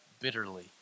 bitterly